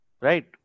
right